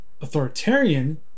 authoritarian